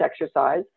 exercise